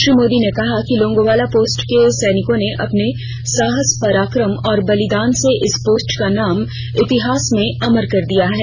श्री मोदी ने कहा कि लोंगोवाला पोस्ट के सैनिकों ने अपने साहस पराक्रम और बलिदान से इस पोस्ट का नाम इतिहास में अमर कर दिया है